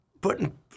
putting